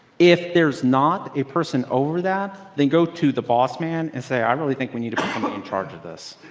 if there's not a person over that, then go to the boss man and say, i really think we need to be um in charge of this.